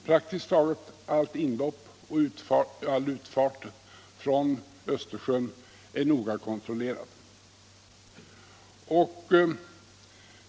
Praktiskt taget allt inlopp och all utfart från Östersjön är noga kontrollerade.